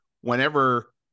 whenever